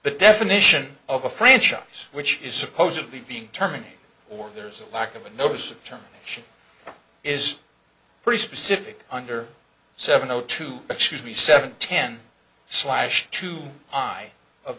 the definition of a franchise which is supposedly being terminated or there's a lack of a notice of term which is pretty specific under seven o two but should be seven ten slash two high of